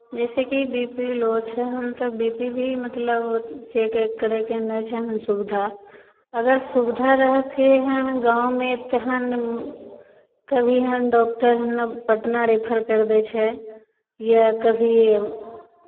जइसे कि B P low छनि तऽ बी पी भी मतलब चेक एक करयके नहि छै एहन सुविधा अगर सुबविधा रहिथियनि गाँवमे तहन कभी एहन डॉक्टर पटना रेफर करि दै छै या कभी